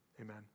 amen